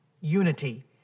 unity